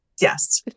yes